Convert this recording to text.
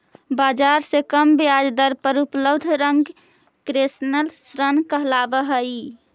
बाजार से कम ब्याज दर पर उपलब्ध रिंग कंसेशनल ऋण कहलावऽ हइ